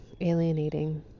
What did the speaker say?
alienating